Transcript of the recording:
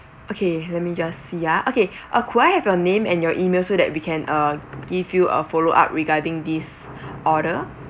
okay let me just see ah okay uh could I have your name and your E-mail so that we can uh give you a follow up regarding this order